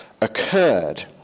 occurred